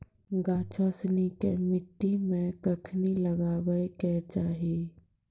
गाछो सिनी के मट्टी मे कखनी लगाबै के चाहि?